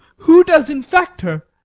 who does infect her?